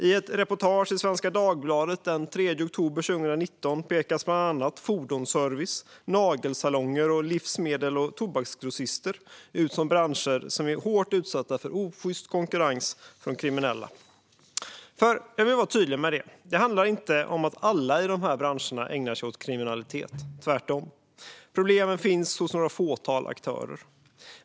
I ett reportage i Svenska Dagbladet den 3 oktober 2019 pekas bland annat fordonsservice, nagelsalonger och livsmedels och tobaksgrossister ut som branscher som är hårt utsatta för osjyst konkurrens från kriminella. Jag vill vara tydlig med att det inte handlar om att alla i de här branscherna skulle ägna sig åt kriminalitet - långt ifrån. Problemen finns hos ett fåtal aktörer.